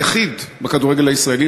היחיד בכדורגל הישראלי,